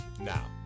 now